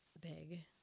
big